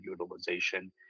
utilization